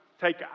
take